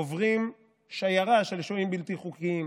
עוברת שיירה של שוהים בלתי חוקיים.